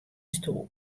stoel